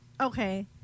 Okay